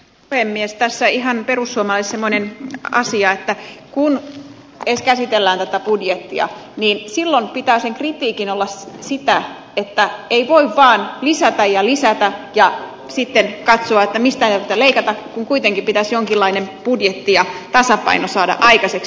tässä ihan perussuomalaisille tiedoksi semmoinen asia että kun käsitellään tätä budjettia niin silloin pitää sen kritiikin olla sitä että ei voi vaan lisätä ja lisätä ja sitten katsoa mistä pitää leikata kun kuitenkin pitäisi jonkinlainen budjetti ja tasapaino saada aikaiseksi